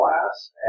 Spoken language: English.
class